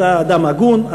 אתה אדם הגון,